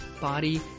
body